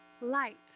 light